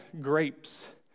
grapes